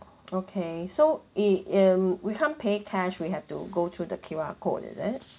okay so eh and we can't pay cash we have to go through the Q_R code is it